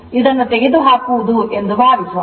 ಇದನ್ನು ತೆಗೆದುಹಾಕುವುದು ಎಂದು ಭಾವಿಸೋಣ